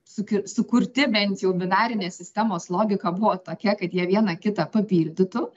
suki sukurti bent jau binarinės sistemos logika buvo tokia kad jie vieną kitą papildytų